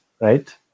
right